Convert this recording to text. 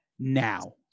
Now